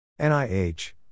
NIH